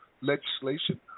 legislation